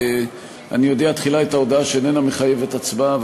אני אודיע תחילה את ההודעה שאיננה מחייבת הצבעה,